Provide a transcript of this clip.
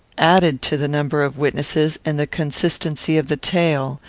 added to the number of witnesses and the consistency of the tale,